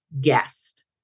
guest